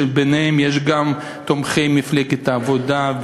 שביניהם יש גם תומכי מפלגת העבודה,